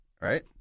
right